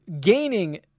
gaining